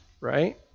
right